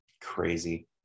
crazy